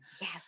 Yes